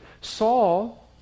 Saul